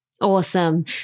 Awesome